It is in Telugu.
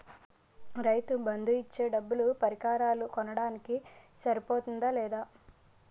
రైతు బందు ఇచ్చే డబ్బులు పరికరాలు కొనడానికి సరిపోతుందా లేదా?